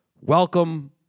welcome